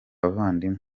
abavandimwe